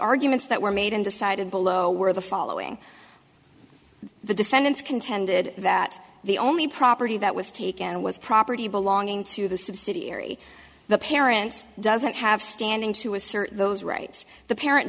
arguments that were made and decided below where the following the defendants contended that the only property that was taken was property belonging to the subsidiary the parent doesn't have standing to assert those rights the parent